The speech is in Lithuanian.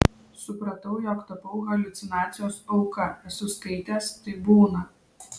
supratau jog tapau haliucinacijos auka esu skaitęs taip būna